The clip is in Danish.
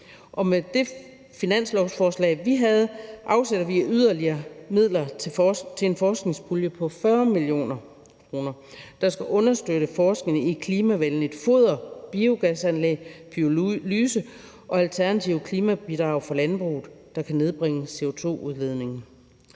med det finanslovsforslag, vi havde, afsætter vi yderligere midler til en forskningspulje på 40 mio. kr., der skal understøtte forskning i klimavenligt foder, biogasanlæg, pyrolyse og alternative klimabidrag fra landbruget, der kan nedbringe CO2-udledningen.